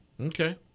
Okay